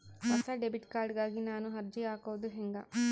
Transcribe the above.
ಹೊಸ debit card ಗಾಗಿ ನಾನು ಅರ್ಜಿ ಹಾಕೊದು ಹೆಂಗ?